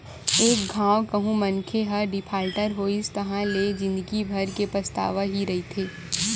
एक घांव कहूँ मनखे ह डिफाल्टर होइस ताहाँले ले जिंदगी भर के पछतावा ही रहिथे